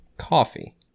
coffee